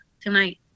tonight